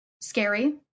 scary